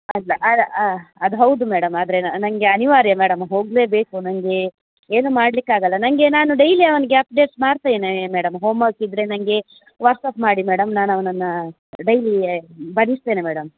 ಅಲ್ಲ ಅಲ್ಲ ಅದು ಹೌದು ಮೇಡಮ್ ಆದರೆ ನನ್ಗೆ ಅನಿವಾರ್ಯ ಮೇಡಮ್ ಹೋಗಲೇ ಬೇಕು ನನ್ಗೆ ಏನು ಮಾಡ್ಲಿಕ್ಕೆ ಆಗಲ್ಲ ನನ್ಗೆ ನಾನು ಡೈಲಿ ಅವನಿಗೆ ಅಪ್ಡೇಟ್ಸ್ ಮಾಡ್ತೇನೆ ಮೇಡಮ್ ಹೋಮ್ವರ್ಕ್ ಇದ್ದರೆ ನನ್ಗೆ ವಾಟ್ಸ್ಅಪ್ ಮಾಡಿ ಮೇಡಮ್ ನಾನು ಅವನನ್ನ ಡೈಲೀ ಬರೆಸ್ತೇನೆ ಮೇಡಮ್